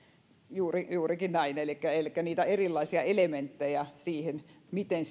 juurikin näin elikkä kun on erilaisia elementtejä miten